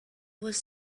was